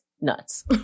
nuts